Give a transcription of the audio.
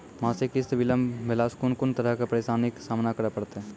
मासिक किस्त बिलम्ब भेलासॅ कून कून तरहक परेशानीक सामना करे परतै?